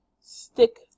stick